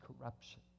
corruption